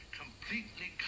completely